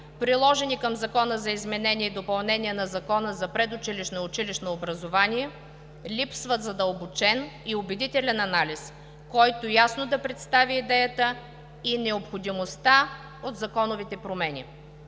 приложени към Закона за изменение и допълнение на Закона за предучилищното и училищното образование, липсва задълбочен и убедителен анализ, който ясно да представи идеята и необходимостта от законовите промени.